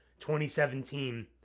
2017